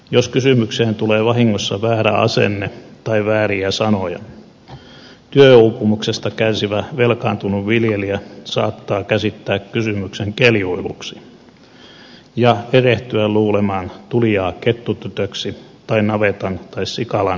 jos kysymykseen tulee vahingossa väärä asenne tai vääriä sanoja työuupumuksesta kärsivä velkaantunut viljelijä saattaa käsittää kysymyksen keljuiluksi ja erehtyä luulemaan tulijaa kettutytöksi tai navetan tai sikalan salakuvaajaksi